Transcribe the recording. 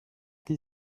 qui